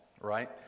Right